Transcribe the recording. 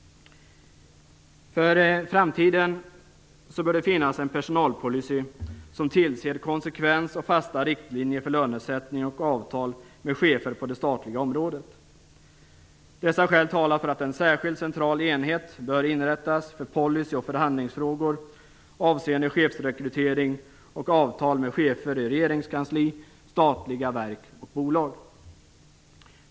För framtiden bör det finnas en personalpolicy som tillser att det finns konsekvens och fasta riktlinjer för lönesättning och avtal med chefer på det statliga området. Dessa skäl talar för att en särskild central enhet bör inrättas för policy och förhandlingsfrågor avseende chefsrekrytering och avtal med chefer i regeringskansli, statliga verk och bolag.